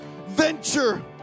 venture